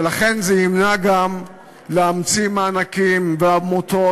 ולכן זה ימנע גם להמציא מענקים ועמותות